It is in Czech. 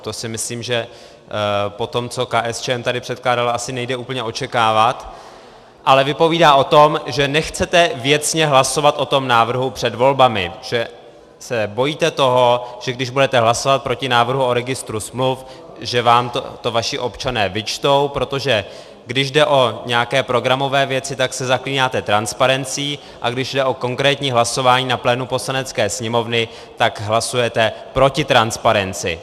To si myslím, že po tom, co KSČM tady předkládala, asi nejde úplně očekávat, ale vypovídá o tom, že nechcete věcně hlasovat o tom návrhu před volbami, že se bojíte toho, že když budete hlasovat proti návrhu o registru smluv, že vám to vaši občané vyčtou, protože když jde o nějaké programové věci, tak se zaklínáte transparencí, a když jde o konkrétní hlasování na plénu Poslanecké sněmovny, tak hlasujete proti transparenci.